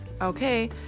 Okay